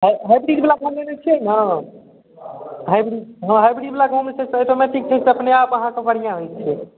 हाइब्रिडवला मँगेने छिए नऽ हाइब्रिड हँ हाइब्रिडवला गहूममे जे छै से ऑटोमैटिक अपने आप अहाँके बढ़िआँ होइ छै